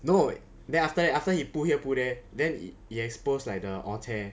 no then after that after he pull here put there then he he exposed like the orh cheh